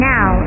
Now